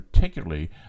particularly